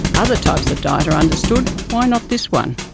other types of diet are understood. why not this one?